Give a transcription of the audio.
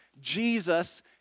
Jesus